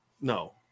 No